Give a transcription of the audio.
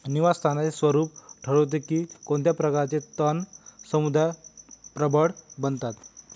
निवास स्थानाचे स्वरूप ठरवते की कोणत्या प्रकारचे तण समुदाय प्रबळ बनतात